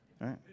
Right